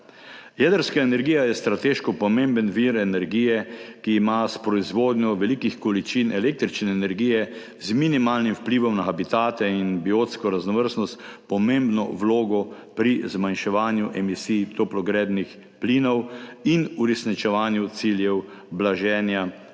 Jedrska energija je strateško pomemben vir energije. Ki ima s proizvodnjo velikih količin električne energije z minimalnim vplivom na habitate in biotsko raznovrstnost pomembno vlogo pri zmanjševanju emisij toplogrednih plinov in uresničevanju ciljev blaženja posledic